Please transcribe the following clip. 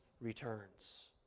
returns